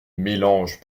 mélanges